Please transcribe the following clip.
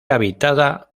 habitada